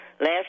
Last